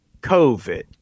COVID